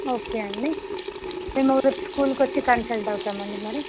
okay అండి మేము రేపు స్కూల్కి వచ్చి కన్సల్ట్ అవతామండి మరి